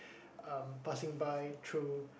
um passing by through